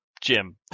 Jim